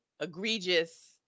egregious